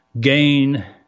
gain